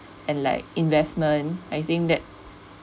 and like investment I think that